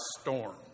storm